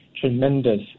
tremendous